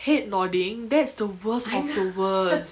head nodding that's the worst of the worst